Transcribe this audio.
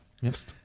Yes